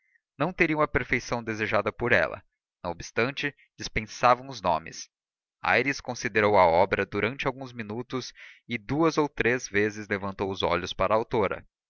não teriam a perfeição desejada por ela não obstante dispensavam os nomes aires considerou a obra durante alguns minutos e duas ou três vezes levantou os olhos para a autora